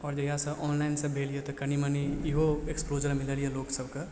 आओर जहियासँ ऑनलाइन सब भेल यऽ तऽ कनी मनी इहो एक्सपोज़र मिलल यऽ लोक सबके